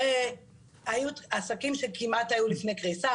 הרי היו עסקים שהיו כמעט לפני קריסה,